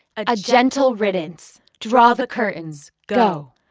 a gentle riddance. draw the curtains go.